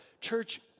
church